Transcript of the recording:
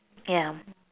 ya